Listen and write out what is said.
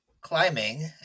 climbing